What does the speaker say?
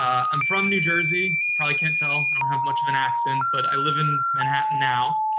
i'm from new jersey. probably can't tell. i don't have much of an accent. but i live in manhattan now.